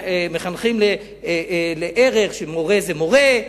מחנכים לערך שמורה זה מורה,